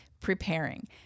preparing